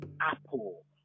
Apple